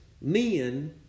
men